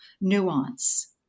nuance